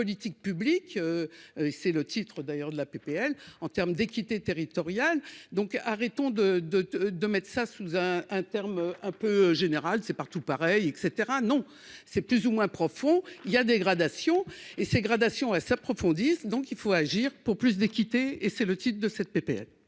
politique publique. C'est le titre d'ailleurs de la PPL en termes d'équité territoriale, donc arrêtons de de de de mettre ça sous un, un terme un peu général. C'est partout pareil et caetera, non c'est plus ou moins profond. Il y a dégradation et ses gradation s'approfondissent, donc il faut agir pour plus d'équité et c'est le titre de cette PPL.--